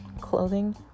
clothing